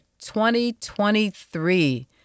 2023